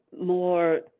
more